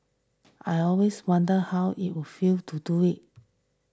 I always wondered how it would feel to do it